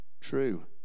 true